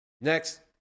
next